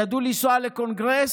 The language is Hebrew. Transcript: ידעו לנסוע לקונגרס,